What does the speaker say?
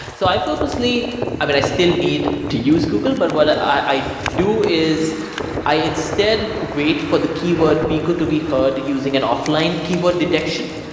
so i purposely i but i still need to use google, but what i do is i instead wait for the keyword peeqo to be heard using an offline keyword detection,